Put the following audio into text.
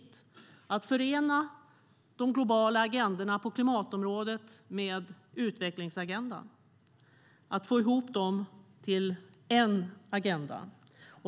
Det handlar om att förena de globala agendorna på klimatområdet med utvecklingsagendan, att få ihop dem till en agenda.